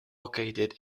located